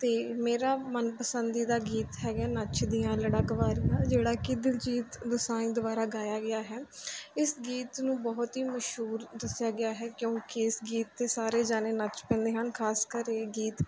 ਅਤੇ ਮੇਰਾ ਮਨ ਪਸੰਦੀਦਾ ਗੀਤ ਹੈਗਾ ਨੱਚਦੀਆਂ ਅੱਲੜਾਂ ਕਵਾਰੀਆਂ ਜਿਹੜਾ ਕਿ ਦਿਲਜੀਤ ਦੋਸਾਂਝ ਦੁਆਰਾ ਗਾਇਆ ਗਿਆ ਹੈ ਇਸ ਗੀਤ ਨੂੰ ਬਹੁਤ ਹੀ ਮਸ਼ਹੂਰ ਦੱਸਿਆ ਗਿਆ ਹੈ ਕਿਉਂਕਿ ਇਸ ਗੀਤ 'ਤੇ ਸਾਰੇ ਜਾਣੇ ਨੱਚ ਪੈਂਦੇ ਹਨ ਖਾਸਕਰ ਇਹ ਗੀਤ